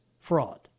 fraud